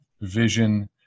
vision